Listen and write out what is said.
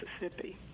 Mississippi